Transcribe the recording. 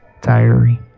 Diary